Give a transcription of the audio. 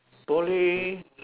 Poly